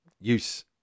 use